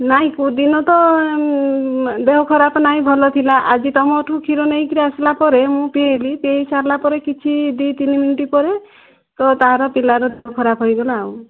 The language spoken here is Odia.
ନାହିଁ କେଉଁଦିନ ତ ଦେହ ଖରାପ ନାହିଁ ଭଲ ଥିଲା ଆଜି ତମଠୁ କ୍ଷୀର ନେଇକି ଆସିଲା ପରେ ମୁଁ ପିଏଇଲି ପିଏଇସାରିଲା ପରେ କିଛି ଦୁଇ ତିନି ମିନିଟ୍ ପରେ ତ ତା ର ପିଲାର ଦେହ ଖରାପ ହେଇଗଲା ଆଉ